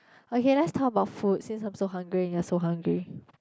okay let's talk about food since I'm so hungry and you're so hungry